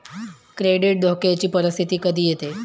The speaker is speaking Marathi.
क्रेडिट धोक्याची परिस्थिती कधी येते